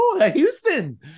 Houston